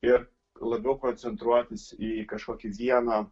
ir labiau koncentruotis į kažkokį vieną